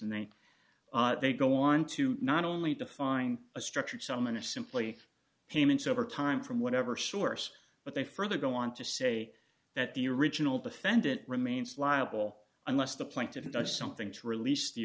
and then they go on to not only to find a structured so many are simply payments over time from whatever source but they further go on to say that the original defendant remains liable unless the plaintiff does something to release the